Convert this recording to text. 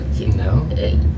No